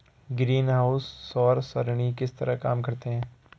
greenhouse सौर सरणी किस तरह काम करते हैं